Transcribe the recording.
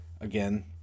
again